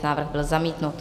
Návrh byl zamítnut.